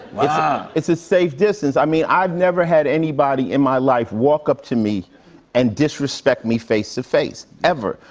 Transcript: but it's a safe distance. i mean, i've never had anybody in my life walk up to me and disrespect me face-to-face, ever.